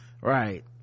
right